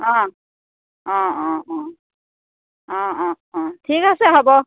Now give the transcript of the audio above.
অঁ অঁ অঁ অঁ অঁ অঁ অঁ ঠিক আছে হ'ব